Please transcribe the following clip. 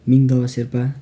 Nimdoa Sherpa